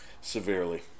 severely